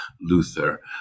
Luther